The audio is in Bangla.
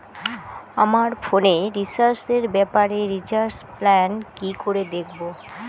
আমার ফোনে রিচার্জ এর ব্যাপারে রিচার্জ প্ল্যান কি করে দেখবো?